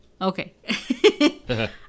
Okay